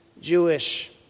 Jewish